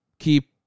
keep